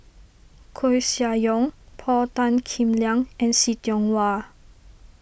Koeh Sia Yong Paul Tan Kim Liang and See Tiong Wah